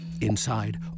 Inside